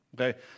Okay